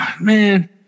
man